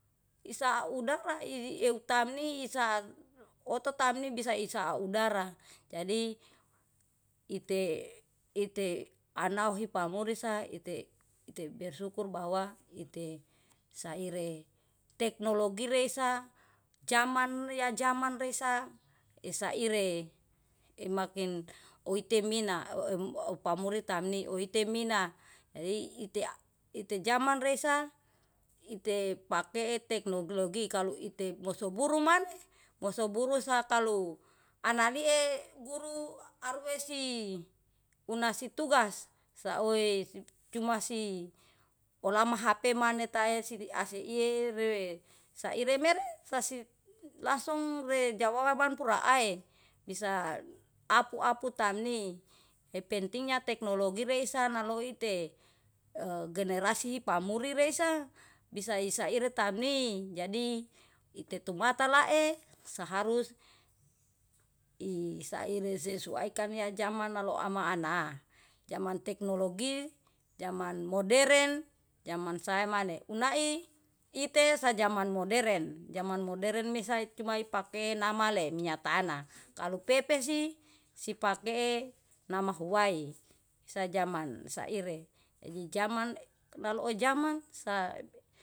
Isaa udara, i euw tamni isaa oto tamni bisa isaa udara. Jadi ite anauhi pamuri sa ite bersyukur bahwa ite saire teknologire sa zaman ya zaman resa isaire imakin uitemina upamuri tamni uitemina. Jadi ie a ite zaman resa ite pakee teknologi kalu ite mosoburu maneh, mosoburu sakalau analie guru aruwehsi unasitugas saoi cuma si olama hape maneh taesi diasihie re saire mere sasi langsung rejawaban puraae. Bisa apu-apu tamni epentingnya teknologi reihsa naloite e generasi pamuri reisa, bisa isa ire tamni jadi itetumata lae saharus isaire isesuaikan ya zaman naloa maana, zaman teknologi, zaman moderen, zaman samane unai ite sazaman moderen. Zaman moderen mehsai cuma pake namale minyak tanah, kalau pepesi sipake nama huwai sazaman saire. Jadi zaman naloo zaman sa.